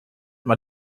mal